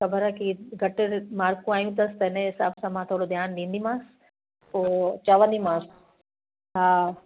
ख़बर आहे की घटि मार्कूं आयूं अथस त इनजे हिसाब सां मां थोरो ध्यानु ॾींदीमास पोइ चवंदीमास हा